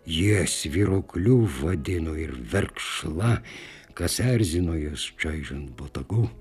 jie svyruokliu vadino ir verkšla kas erzino juos čaižant botagu